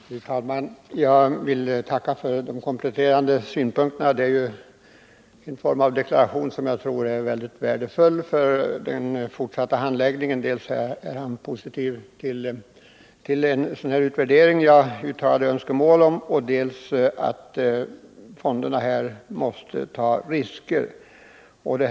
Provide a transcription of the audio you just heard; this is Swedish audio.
Fru talman! Jag vill tacka för de kompletterande synpunkterna. De utgör en form av deklaration som jag tror är mycket värdefull för den fortsatta handläggningen. Industriministern är dels positiv till en sådan utredning som jag uttalade önskemål om, dels till att fonderna måste ta risker.